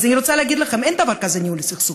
אז אני רוצה להגיד לכם: אין דבר כזה ניהול הסכסוך.